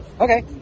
Okay